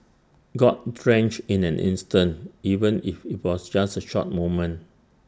got drenched in an instant even if IT was just A short moment